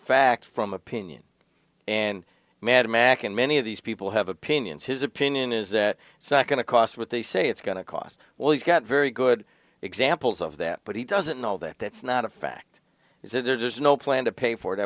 fact from opinion and mad max and many of these people have opinions his opinion is that it's not going to cost what they say it's going to cost well he's got very good examples of that but he doesn't know that that's not a fact is that there's no plan to pay for